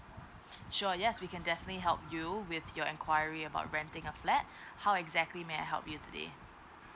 sure yes we can definitely help you with your enquiry about renting a flat how exactly may I help you today